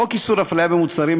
חוק איסור הפליה במוצרים,